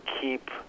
keep